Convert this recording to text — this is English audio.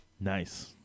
Nice